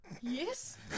Yes